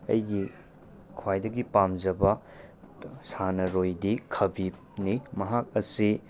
ꯑꯩꯒꯤ ꯈ꯭ꯋꯥꯏꯗꯒꯤ ꯄꯥꯝꯖꯕ ꯁꯥꯟꯅꯔꯣꯏꯗꯤ ꯈꯥꯕꯤꯕꯅꯤ ꯃꯍꯥꯛ ꯑꯁꯤ